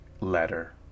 letter